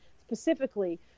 specifically